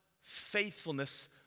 faithfulness